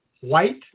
white